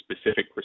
specific